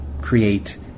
create